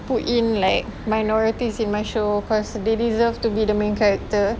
put in like minorities in my show cause they deserve to be the main character